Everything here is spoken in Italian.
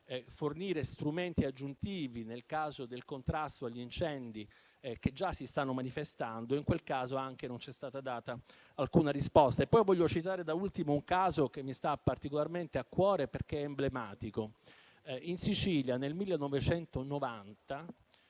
fornire strumenti aggiuntivi per il contrasto agli incendi che già si stanno manifestando, ma anche in quel caso non ci è stata data alcuna risposta. Da ultimo vorrei citare un caso che mi sta particolarmente a cuore perché è emblematico. In Sicilia nel 1990,